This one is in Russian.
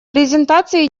презентации